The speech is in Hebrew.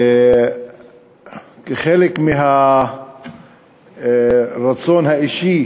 כחלק מהרצון האישי